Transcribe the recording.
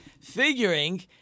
Figuring